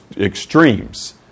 extremes